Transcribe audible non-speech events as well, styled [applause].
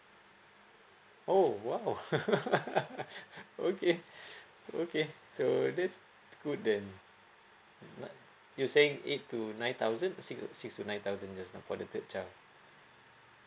oh !wow! [laughs] okay [breath] okay so that's good then you saying eight to nine thousand six six to nine thousand just now for the third child